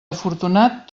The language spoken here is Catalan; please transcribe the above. afortunat